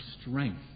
strength